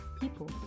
people